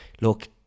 Look